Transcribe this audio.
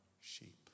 sheep